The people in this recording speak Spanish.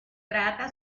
trata